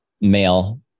male